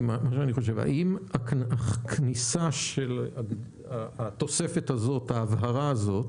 --- האם הכניסה של התוספת הזאת, ההבהרה הזאת,